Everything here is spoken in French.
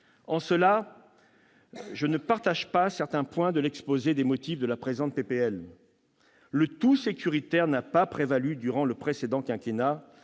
En cela, je ne partage pas certains points de l'exposé des motifs de la présente proposition de loi. Le tout-sécuritaire n'a pas prévalu durant le précédent quinquennat